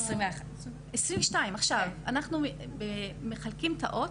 ב-2022 אנחנו מחלקים את האות,